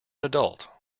adult